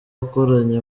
wakoranye